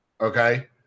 Okay